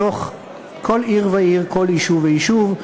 בתוך כל עיר ועיר, כל יישוב ויישוב.